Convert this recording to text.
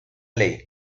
ley